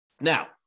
Now